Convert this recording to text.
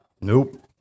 Nope